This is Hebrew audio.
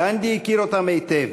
גנדי הכיר אותם היטב,